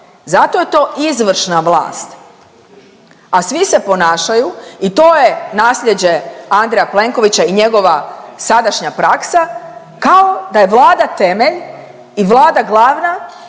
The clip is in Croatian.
zato je to izvršna vlast, a svi se ponašaju i to je nasljeđe Andreja Plenkovića i njegova sadašnja praksa, kao da je Vlada temelj i Vlada glavna,